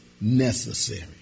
necessary